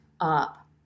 up